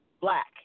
Black